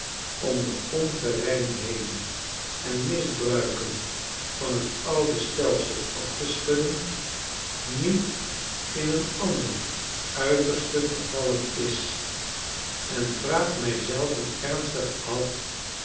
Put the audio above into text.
om de ongerijmdheden en misbruiken van t oude stelsel af te schudden niet in een ander uiterste vervallen is en vraagmij zelven ernstig af